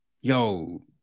yo